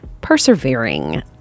persevering